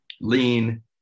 lean